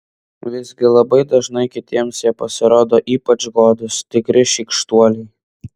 visgi labai dažnai kitiems jie pasirodo ypač godūs tikri šykštuoliai